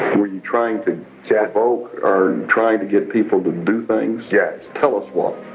were you trying to yeah evoke or trying to get people to do things? yes tell us what